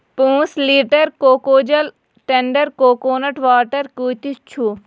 پانٛژھ لیٖٹر کوکوجل tender coconut water قۭتِس چھ